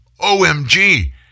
OMG